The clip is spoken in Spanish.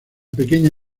pequeña